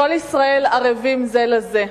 כל ישראל ערבים זה לזה.